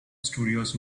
studios